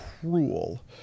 Cruel